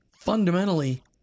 fundamentally